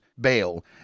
bail